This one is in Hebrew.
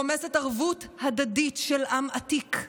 רומסת ערבות הדדית של עם עתיק,